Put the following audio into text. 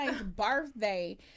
birthday